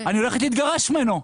אני הולכת להתגרש ממנו.